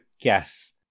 guess